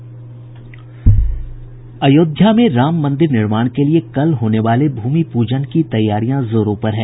अयोध्या में राम मंदिर निर्माण के लिए कल होने वाले भूमि पूजन की तैयारियां जोरों पर है